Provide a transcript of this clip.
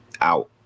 out